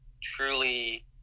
truly